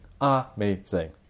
Amazing